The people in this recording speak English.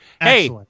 Hey